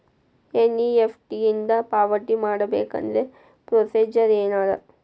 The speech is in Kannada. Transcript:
ಎನ್.ಇ.ಎಫ್.ಟಿ ಇಂದ ಪಾವತಿ ಮಾಡಬೇಕಂದ್ರ ಪ್ರೊಸೇಜರ್ ಏನದ